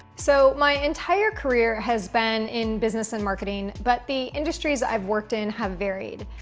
so my entire career has been in business and marketing, but the industries i've worked in have varied.